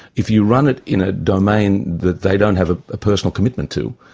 if you run it in a domain that they don't have a personal commitment to,